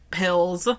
pills